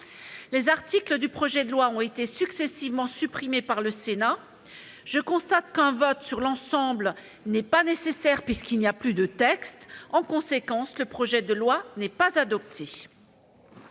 neuf articles du projet de loi ayant été successivement rejetés par le Sénat, je constate qu'un vote sur l'ensemble n'est pas nécessaire, puisqu'il n'y a plus de texte. En conséquence, le projet de loi n'est pas adopté.